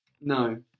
no